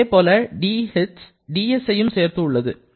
அதேபோல dh dsஐயும் சேர்த்து உள்ளது